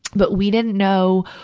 but we didn't know,